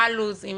מה הלו"ז?